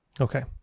Okay